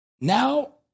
Now